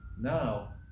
Now